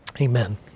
Amen